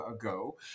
ago